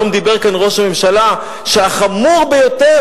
היום אמר כאן ראש הממשלה שהחמור ביותר,